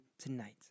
tonight